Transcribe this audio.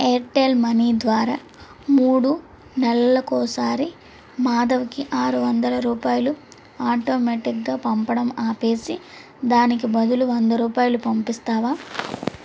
Airtel money ద్వారా మూడు నెలలకోసారి మాధవకి ఆరు వందల రూపాయలు ఆటోమాటిక్గా పంపడం ఆపేసి దానికి బదులు వంద రూపాయలు పంపిస్తావా